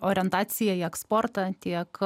orientacija į eksportą tiek